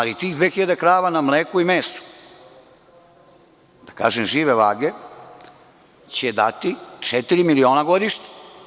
Tih 2.000 krava na mleku i mesu, da kažem žive vage, će dati četiri miliona godišnje.